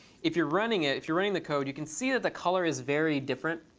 if you're running it, if you're running the code, you can see that the color is very different.